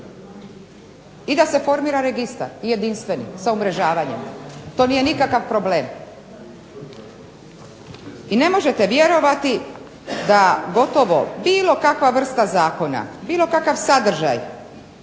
i da se formira registar, jedinstveni sa umrežavanjem? To nije nikakav problem. I ne možete vjerovati da bilo kakva vrsta zakona, bilo kakav sadržaj